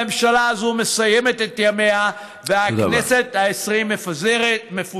הממשלה הזאת מסיימת את ימיה והכנסת העשרים מפוזרת.